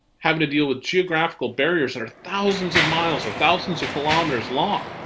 having to deal with geographical barriers that are thousands of miles, or thousands of kilometers long.